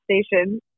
station